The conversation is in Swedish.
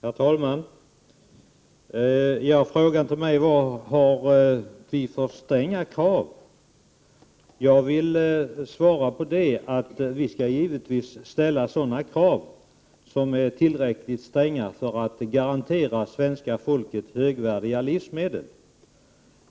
Herr talman! Man har ställt frågan till mig om vi har för stränga krav. Jag vill svara att vi givetvis skall ställa sådana krav som är tillräckligt stränga för att garantera svenska folket högvärdiga livsmedel.